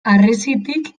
harresitik